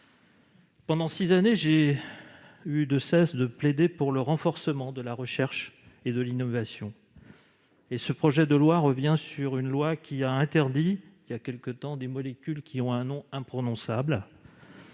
Pendant six années, je n'ai eu de cesse de plaider pour le renforcement de la recherche et de l'innovation. Ce projet de loi revient sur une loi qui a interdit il y a quelque temps l'usage de molécules qui ont un nom imprononçable.